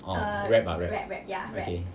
orh rab ah rab okay